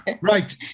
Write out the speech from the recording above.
Right